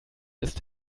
ist